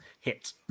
hit